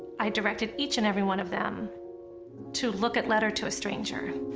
i directed each and every one of them to look at letter to a stranger